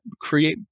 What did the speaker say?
create